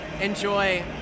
enjoy